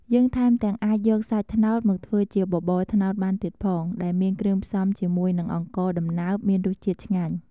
យើងថែមទាំងអាចយកសាច់ត្នោតមកធ្វើជា បបរត្នោតបានទៀតផង ដែលមានគ្រឿងផ្សំជាមួយនឹងអង្ករដំណើបមានរសជាតិឆ្ងាញ់។